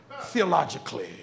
theologically